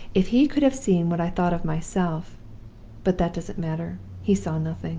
if he could have seen what i thought of myself but that doesn't matter he saw nothing.